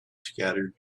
scattered